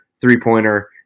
three-pointer